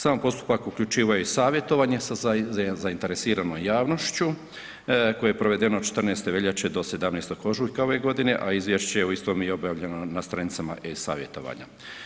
Sam postupak uključivao je i savjetovanje sa zainteresiranom javnošću koje je provedeno od 14. veljače do 17. ožujka ove godine, a izvješće o istom je i objavljeno na stranicama e-savjetovanja.